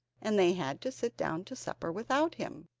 and they had to sit down to supper without him.